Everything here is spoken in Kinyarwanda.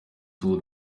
tour